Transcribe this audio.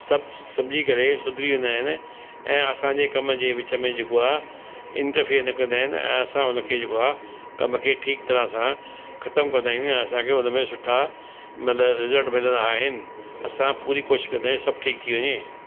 सभु सम्झी करे सुधरी वेंदा आइन ऐं असांजे कम जे जेको आ इंटरफेअर न कंदा आहिनि ऐं असां उनखे जेको आहे कम खे ठीकु तरह सां ख़तम कंदा आहियूं या असांखे हुनमें सुठा मतिलबु रिज़ल्ट मिलंदा आहिनि असां पूरी कोशिश कंदा आहियूं सभु ठीक थी वञे